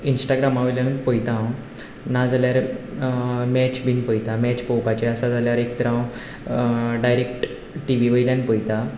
इन्स्टाग्रामावयल्यानूच पयता हांव ना जाल्यार मॅच बीन पयतां मॅच पोवपाचें आसा जाल्यार एक तर हांव डायरेक्ट टिवीवयल्यान पयतां